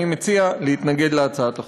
אני מציע להתנגד להצעת החוק.